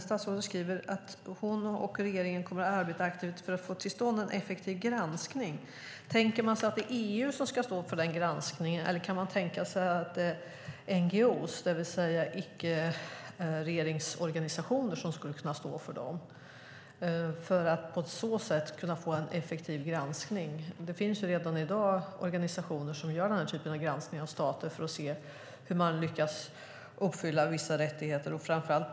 Statsrådet skriver att hon och regeringen kommer att arbeta aktivt för att få till stånd en effektiv granskning. Tänker man sig att det är EU som ska stå för den granskningen, eller kan man tänka sig att NGO:er, det vill säga icke-regeringsorganisationer, skulle kunna stå för den för att på så sätt kunna få en effektiv granskning? Det finns ju redan i dag organisationer som gör den typen av granskningar av stater för att se hur man lyckas uppfylla vissa rättigheter.